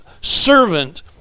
servant